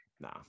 Nah